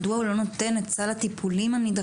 מדוע הוא לא נותן את סל הטיפולים הנדרש,